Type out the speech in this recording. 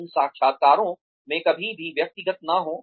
इन साक्षात्कारों में कभी भी व्यक्तिगत न हों